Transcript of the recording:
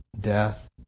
death